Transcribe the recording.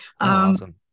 Awesome